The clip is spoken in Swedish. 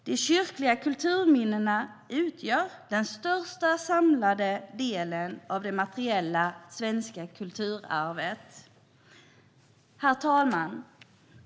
De kyrkliga kulturminnena utgör den största samlade delen av det materiella svenska kulturarvet.